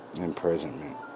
imprisonment